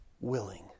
willing